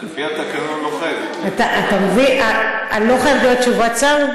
על פי התקנון לא חייב להיות פה.